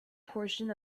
portion